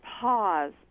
pause